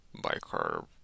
bicarb